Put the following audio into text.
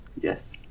yes